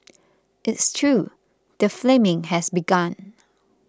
it's true the flaming has begun